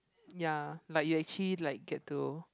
ya like you actually like get to